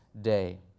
day